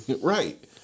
Right